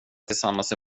tillsammans